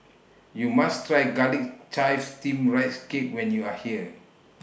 YOU must Try Garlic Chives Steamed Rice Cake when YOU Are here